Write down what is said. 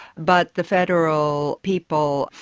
but the federal people,